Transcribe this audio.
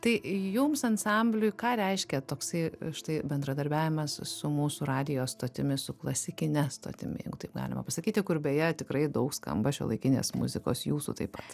tai jums ansambliui ką reiškia toksai štai bendradarbiavimas su mūsų radijo stotimi su klasikine stotimi jeigu taip galima pasakyti kur beje tikrai daug skamba šiuolaikinės muzikos jūsų taip pat